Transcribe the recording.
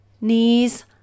Knees